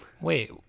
Wait